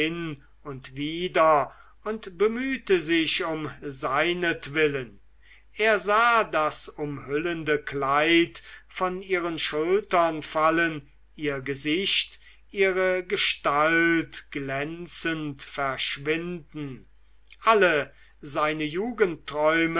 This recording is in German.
und wider und bemühte sich um seinetwillen er sah das umhüllende kleid von ihren schultern fallen ihr gesicht ihre gestalt glänzend verschwinden alle seine